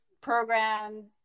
programs